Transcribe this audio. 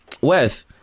Wes